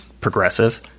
progressive